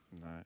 No